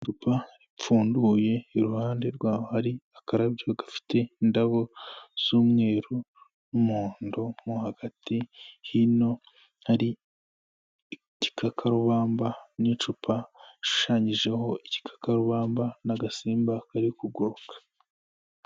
Icupa ripfunduye iruhande rwaho hari akarabyo gafite indabo z'umweru n'umuhondo mo hagati hino hari igikakarubamba n'icupa rishushanyijeho igikakarubamba n'agasimba kari kuguruka.